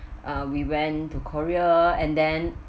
uh we went to korea and then